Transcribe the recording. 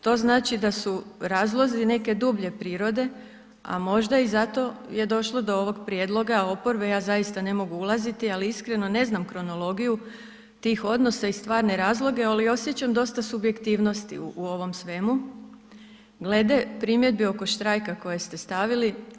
To znači da su razlozi neke dublje prirode, a možda i zato je došlo do ovog prijedloga oporbe, ja zaista ne mogu ulaziti, ali iskreno ne znam kronologiju tih odnosa i stvarne razloge, ali osjećam dosta subjektivnosti u ovom svemu glede primjedbi oko štrajka koje ste stavili.